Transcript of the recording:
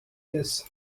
this